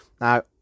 now